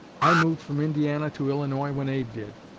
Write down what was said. i moved from indiana to illinois when abe did.